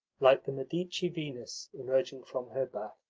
like the medici venus emerging from her bath.